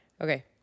Okay